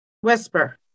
Whisper